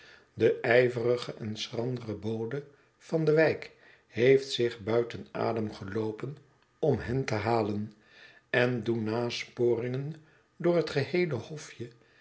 de ijverige en schrandere bode van de wijk heeft zich buiten adem geloopen om hen te halen en doen nasporingen door het geheele hofje